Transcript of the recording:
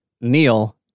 Neil